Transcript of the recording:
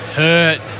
hurt